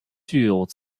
具有